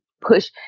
push